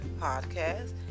Podcast